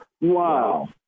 Wow